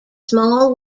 small